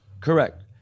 correct